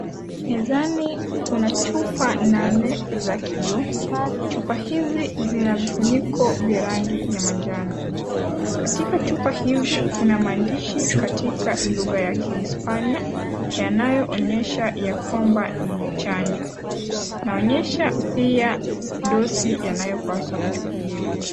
Mezani kuna chupa nane za kioo. Chupa hizi zina vifuniko vya rangi ya manjano. Katika chupa hizi kuna maandishi katika lugha ya kihispania yanayoonyesha ya kwamba ni chanjo. Inaonyesha pia dosi yanayopaswa kuchukuliwa.